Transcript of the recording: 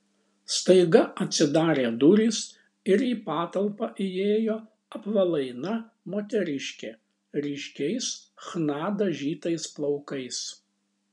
staiga atsidarė durys ir į patalpą įėjo apvalaina moteriškė ryškiais chna dažytais plaukais